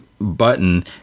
button